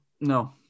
No